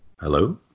Hello